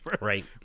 Right